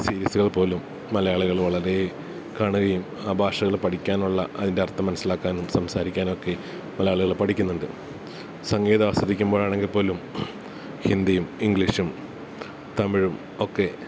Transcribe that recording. സീരീസുകൾ പോലും മലയാളികൾ വളരെ കാണുകയും ആ ഭാഷകള് പഠിക്കാനുള്ള അതിൻറ്റർത്ഥം മനസ്സിലാക്കാനും സംസാരിക്കാനൊക്കെ മലയാളികള് പഠിക്കുന്നുണ്ട് സംഗീതം ആസ്വദിക്കുമ്പോഴാണെങ്കിൽപ്പോലും ഹിന്ദിയും ഇംഗ്ലീഷും തമിഴും ഒക്കെ